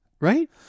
right